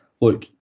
look